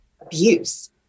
abuse